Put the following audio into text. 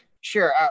Sure